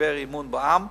משבר אמון בעם,